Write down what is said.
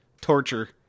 torture